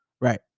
Right